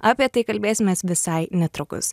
apie tai kalbėsimės visai netrukus